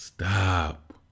Stop